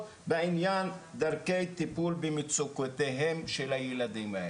בענין דרכי טיפול במצוקותיהם של הילדים.